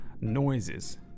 noises